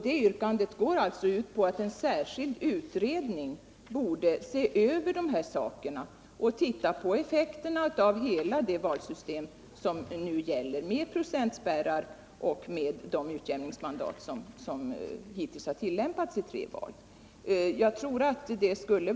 Detta går ut på att en särskild utredning borde se över dessa saker och titta på effekterna av hela det valsystem som nu gäller, med de procentspärrar och utjämningsmandat som hittills tillämpats vid tre val.